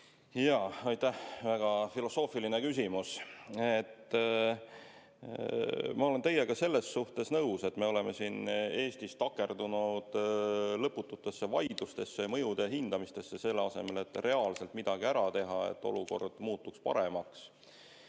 palun! Aitäh! Väga filosoofiline küsimus. Ma olen teiega selles suhtes nõus, et me oleme siin Eestis takerdunud lõpututesse vaidlustesse ja mõjude hindamisse, selle asemel et reaalselt midagi ära teha, et olukord muutuks paremaks.